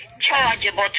chargeable